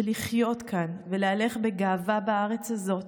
ולחיות כאן ולהלך בגאווה בארץ הזאת,